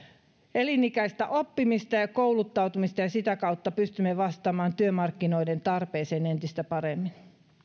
elinikäistä oppimista ja ja kouluttautumista ja sitä kautta pystymme vastaamaan työmarkkinoiden tarpeeseen entistä paremmin